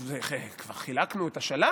טוב, כבר חילקנו את השלל